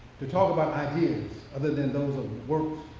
to talk about ideas other than those of